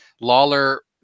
lawler